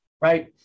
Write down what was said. right